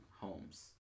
homes